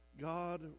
God